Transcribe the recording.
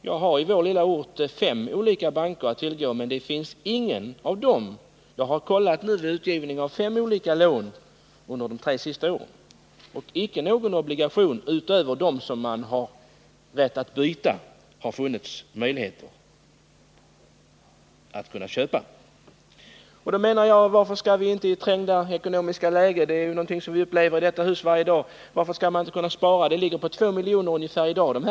Jag har på min lilla ort fem olika banker att tillgå, men hos ingen av dem — jag har kollat det vid utgivningen av fem olika lån under de tre senaste åren — har det funnits någon möjlighet att köpa obligationer med undantag för dem som man har haft rätt att byta till sig. Då undrar jag: Varför skall man inte i trängda ekonomiska lägen — det är ju någonting som vi upplever i detta hus varje dag — kunna spara?